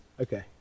Okay